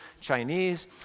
Chinese